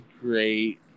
great